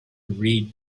read